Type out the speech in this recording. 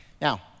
Now